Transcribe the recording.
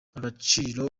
agaciro